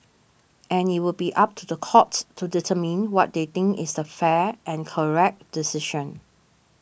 and it would be up to the courts to determine what they think is the fair and correct decision